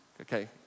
Okay